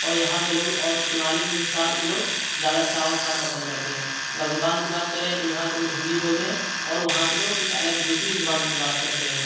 اور یہاں کے لوگ اور شمالی ہندوستان کے لوگ زیادہ چاول کھانا پسند کرتے ہیں اگر زبان کی بات کریں تو یہاں کے لوگ ہندی بولتے ہیں اور وہاں کے لوگ کچھ الگ دوسری زبان میں بات کرتے ہیں